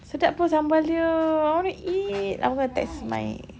sedap apa sambal dia I want to eat I'm going to text my